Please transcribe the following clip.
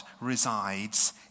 resides